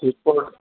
जेको